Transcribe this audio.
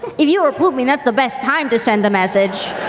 if you were pooping, that's the best time to send a message.